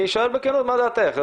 אני שואל בכנות מה דעתך,